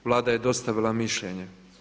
Vlada je dostavila mišljenje.